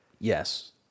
yes